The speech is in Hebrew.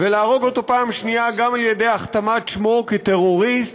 ולהרוג אותו פעם שנייה גם על-ידי הכתמת שמו כטרוריסט